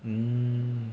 mm